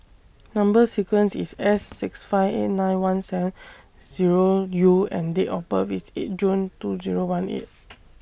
Number sequence IS S six five eight nine one seven Zero U and Date of birth IS eight June two Zero one eight